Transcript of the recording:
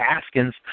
Haskins